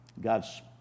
God's